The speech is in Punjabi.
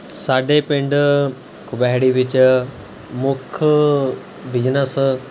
ਸਾਡੇ ਪਿੰਡ ਖੁਬਹੈੜੀ ਵਿੱਚ ਮੁੱਖ ਬਿਜ਼ਨਸ